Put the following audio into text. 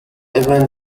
event